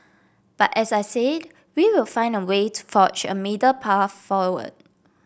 but as I say we will find a way to forge a middle path forward